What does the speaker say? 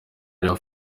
rero